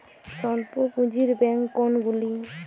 স্বল্প পুজিঁর ব্যাঙ্ক কোনগুলি?